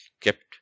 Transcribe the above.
Kept